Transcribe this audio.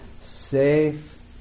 safe